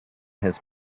his